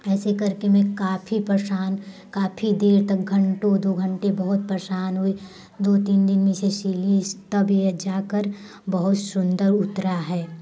ऐसे करके मैं काफ़ी परेशान काफ़ी देर तक घंटों दो घंटे बहुत परेशान रही दो तीन दिन इसे सिली तब ये जाकर बहुत सुंदर उतरा है